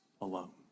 alone